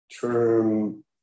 term